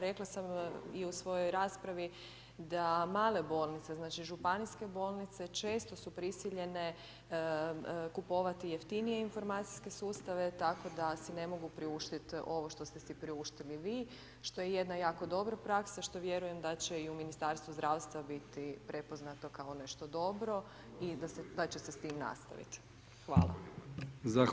Rekla sam i u svojoj raspravi da male bolnice, znači županijske bolnice često su prisiljene kupovati jeftinije informacijske sustave tako da si ne mogu priuštiti ovo što ste si priuštili vi, što je jedna jako dobra praksa, što vjerujem da će i u Ministarstvu zdravstva biti prepoznato kao nešto dobro i da se će se s tim nastaviti.